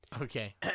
Okay